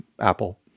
Apple